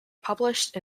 published